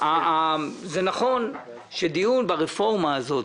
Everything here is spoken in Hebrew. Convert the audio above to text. זה נכון שדיון ברפורמה הזאת,